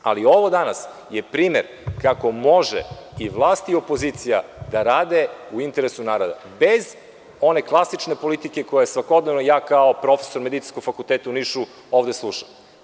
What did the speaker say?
Ali, ovo danas je primer kako može i vlasti, i opozicija da rade u interesu naroda, bez one klasične politike koja svakodnevno, ja kao profesor Medicinskog fakulteta u Nišu, ovde slušam.